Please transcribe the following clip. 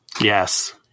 Yes